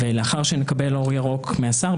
לאחר שנקבל אור ירוק מהשר,